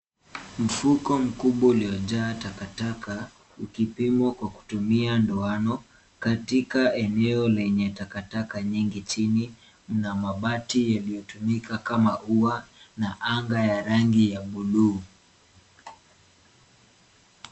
Mfuko mkubwa uliojaa takataka ukipimwa kwa kutumia ndoano katikati eneo lenye takataka nyingi chini. Kuna mabati yaliyo tumika kama ua na anga ya rangi ya buluu.